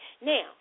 Now